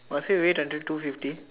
must we wait until two fifty